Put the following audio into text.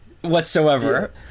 whatsoever